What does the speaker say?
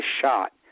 shot